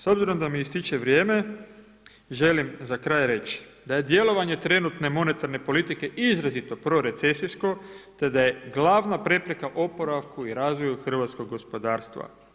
S obzirom da mi ističe vrijeme, želim za kraj reći da je djelovanje trenutne monetarne politike izrazito pro recesijsko te da je glavna prepreka oporavku i razvoju hrvatskog gospodarstva.